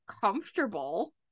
comfortable